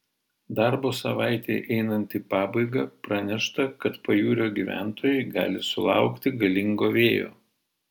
darbo savaitei einant į pabaigą pranešta kad pajūrio gyventojai gali sulaukti galingo vėjo